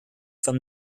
from